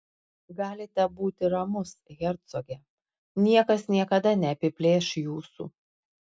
galite būti ramus hercoge niekas niekada neapiplėš jūsų